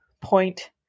point